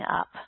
up